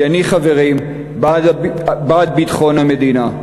כי אני, חברים, בעד ביטחון המדינה.